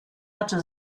hatte